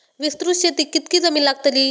विस्तृत शेतीक कितकी जमीन लागतली?